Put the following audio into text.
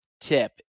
tip